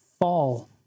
fall